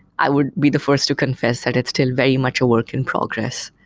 i would be the first to confess that it's still very much a work in progress.